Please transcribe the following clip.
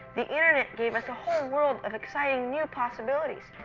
the internet gave us a whole world of exciting new possibilities.